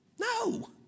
No